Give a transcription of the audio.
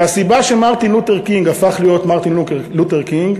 שמרטין לותר קינג הפך להיות מרטין לותר קינג